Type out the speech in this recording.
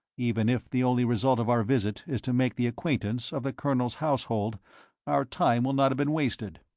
even if the only result of our visit is to make the acquaintance of the colonel's household our time will not have been wasted.